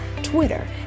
Twitter